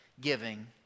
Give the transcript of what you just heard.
giving